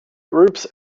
groups